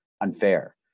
unfair